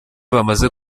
bamaze